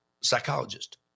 psychologist